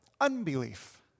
unbelief